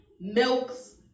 milks